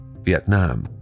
Vietnam